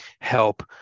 help